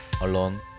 Alone